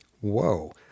Whoa